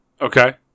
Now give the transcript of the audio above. Okay